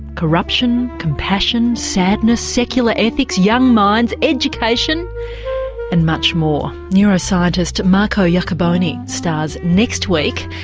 corruption, compassion, sadness, secular ethics, young minds, education and much more. neuroscientist marco iacoboni stars next week.